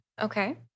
Okay